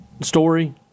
story